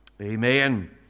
Amen